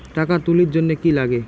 টাকা তুলির জন্যে কি লাগে?